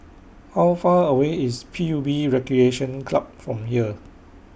How Far away IS P U B Recreation Club from here